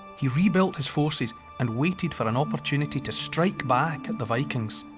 he re-built his forces and waited for an opportunity to strike back at the vikings.